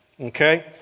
okay